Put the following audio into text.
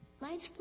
Lights